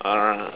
uh